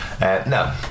No